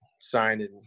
signed